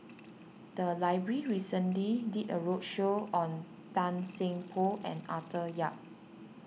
the library recently did a roadshow on Tan Seng Poh and Arthur Yap